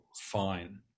fine